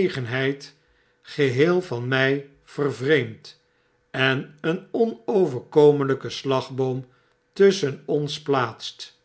genegenheid geheel van my vervreemdt en een onoverkomelyken slagboom tusschen ons plaatst